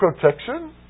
Protection